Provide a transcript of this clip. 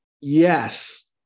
Yes